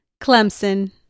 Clemson